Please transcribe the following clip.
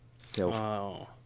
self